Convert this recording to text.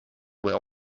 were